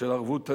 של ערבות הדדית,